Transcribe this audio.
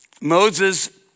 Moses